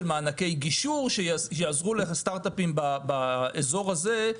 מענקי גישור שיעזרו לסטארטאפים טובים באזור הזה,